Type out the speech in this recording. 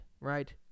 right